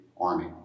army